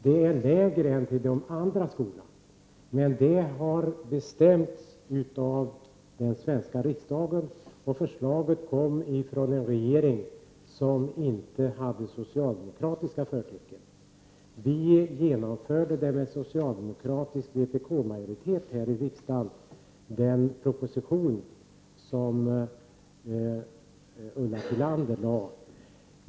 Det är lägre än till de andra skolorna, men det har bestämts av den svenska riksdagen, och förslaget kom från en regering som inte hade socialdemokratiska förtecken. Vi genomförde med s-vpk-majoritet här i riksdagen den proposition som Ulla Tillander hade lagt fram.